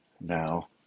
Now